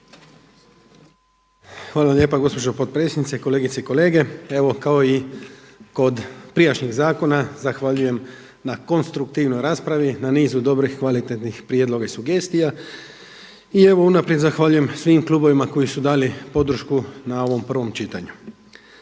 Hvala lijepa gospođo potpredsjednice, kolegice i kolege. Evo kao i kod prijašnjeg zakona zahvaljujem na konstruktivnoj raspravi, na nizu dobrih, kvalitetnih prijedloga i sugestija i evo unaprijed zahvaljujem svim klubovima koji su dali podršku na ovom prvom čitanju.